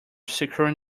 securing